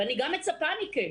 ואני גם מצפה מכם